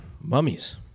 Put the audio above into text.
mummies